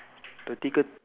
thirty good